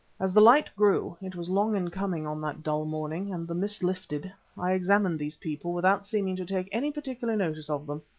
as the light grew it was long in coming on that dull morning and the mist lifted, i examined these people, without seeming to take any particular notice of them.